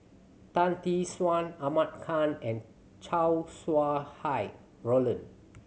Tan Tee Suan Ahmad Khan and Chow Sau Hai Roland